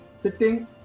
sitting